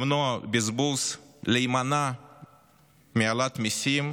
למנוע בזבוז, להימנע מהעלאת מיסים,